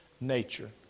nature